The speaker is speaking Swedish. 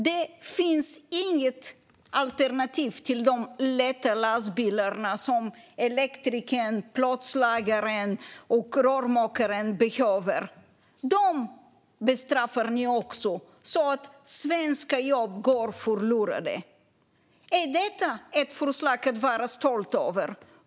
Det finns inget alternativ till de lätta lastbilar som elektrikern, plåtslagaren och rörmokaren behöver. Dem bestraffar ni också så att svenska jobb går förlorade. Är detta ett förslag att vara stolt över?